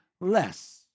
less